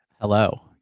Hello